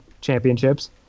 championships